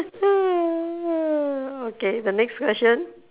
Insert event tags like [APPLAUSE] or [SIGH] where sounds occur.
[LAUGHS] okay the next question